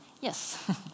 Yes